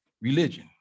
religion